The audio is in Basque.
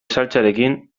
saltsarekin